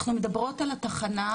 אנחנו מדברות על התחנה,